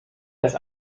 das